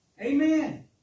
Amen